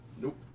Nope